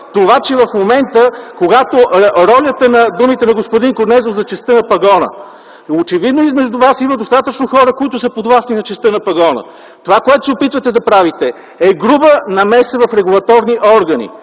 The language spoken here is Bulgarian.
съзнавате в момента думите на господин Корнезов за честта на пагона. Очевидно измежду вас има достатъчно хора, които са подвластни на честта на пагона. Това, което се опитвате да правите, е груба намеса в регулаторни органи.